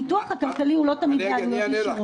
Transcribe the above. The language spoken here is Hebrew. הניתוח הכלכלי הוא לא תמיד בעלויות ישירות.